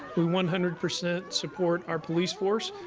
we one hundred percent support our police force,